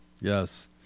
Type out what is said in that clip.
Yes